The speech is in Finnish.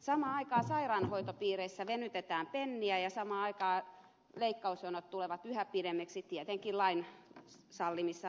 samaan aikaan sairaanhoitopiireissä venytetään penniä ja samaan aikaan leikkausjonot tulevat yhä pidemmiksi tietenkin lain sallimissa rajoissa